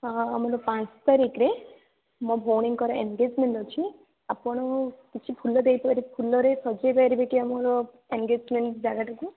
ହଁ ଆମର ପାଞ୍ଚ ତାରିଖରେ ମୋ ଭଉଣୀଙ୍କର ଏନ୍ଗେଜ୍ମେଣ୍ଟ୍ ଅଛି ଆପଣ କିଛି ଫୁଲ ଦେଇପାରିବେ ଫୁଲରେ ସଜାଇ ପାରିବେ କି ଆମର ଏନ୍ଗେଜ୍ମେଣ୍ଟ୍ ଜାଗାଟାକୁ